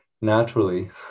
naturally